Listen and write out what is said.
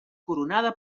coronada